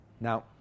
Now